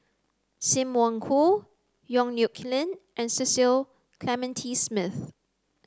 Sim Wong Hoo Yong Nyuk Lin and Cecil Clementi Smith